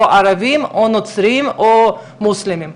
או ערבים או נוצרים או מוסלמים,